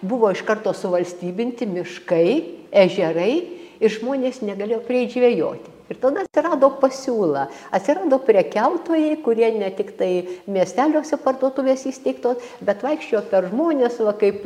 buvo iš karto suvalstybinti miškai ežerai ir žmonės negalėjo prieit žvejot ir tada atsirado pasiūla atsirado prekiautojai kurie ne tiktai miesteliuose parduotuvės įsteigto bet vaikščiojo per žmones va kaip